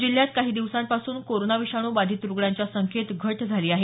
जिल्ह्यात काही दिवसांपासून कोरोना विषाणू बाधित रुग्णांच्या संख्येत घट झाली आहे